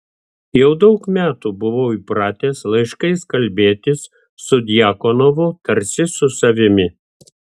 jau daug metų buvo įpratęs laiškais kalbėtis su djakonovu tarsi su savimi